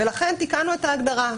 לכן תיקנו את ההגדרה.